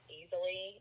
easily